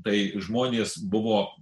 tai žmonės buvo